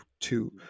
two